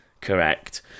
Correct